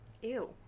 Ew